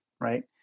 right